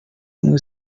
ubumwe